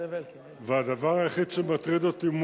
והדבר היחיד שמטריד אותי,